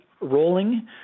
rolling